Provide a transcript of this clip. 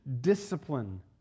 discipline